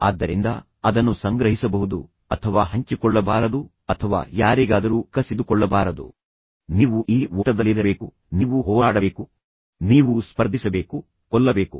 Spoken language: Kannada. ಆದ್ದರಿಂದ ನೀವು ಡೈಸ್ ಅಥವಾ ಏನನ್ನಾದರೂ ಹೊಂದಿರಬಹುದು ಮತ್ತು ನಂತರ ಪ್ರತಿ ಬಾರಿಯೂ ಯಾರಿಗಾದರೂ ಅವಕಾಶ ಬರುತ್ತದೆ ವ್ಯಕ್ತಿಯು ಸತ್ಯವನ್ನು ಮಾತನಾಡಬೇಕು ಅಥವಾ ಇತರ ಪಾಲುದಾರರು ಏನು ಹೇಳುತ್ತಾರೋ ಅದನ್ನು ಮಾಡಲು ಧೈರ್ಯ ಮಾಡಬೇಕು